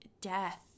death